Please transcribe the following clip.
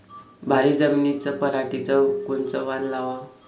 भारी जमिनीत पराटीचं कोनचं वान लावाव?